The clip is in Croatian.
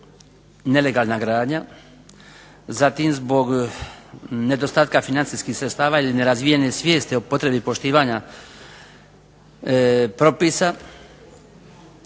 nelegalna gradnja. Zatim zbog nedostatka financijskih sredstava ili nerazvijene svijesti za poštivanje propisa.